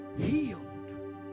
healed